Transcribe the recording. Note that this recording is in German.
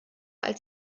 als